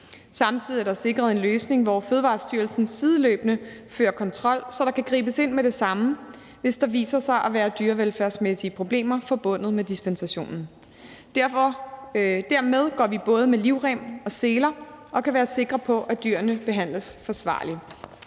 Samtidig er der sikret en løsning, hvor Fødevarestyrelsen sideløbende fører kontrol, så der kan gribes ind med det samme, hvis der viser sig at være dyrevelfærdsmæssige problemer forbundet med dispensationen. Dermed går vi både med livrem og seler og kan være sikre på, at dyrene behandles forsvarligt.